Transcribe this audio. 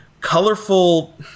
colorful